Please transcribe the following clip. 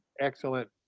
excellent